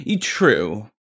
True